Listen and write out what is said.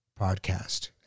podcast